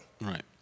Right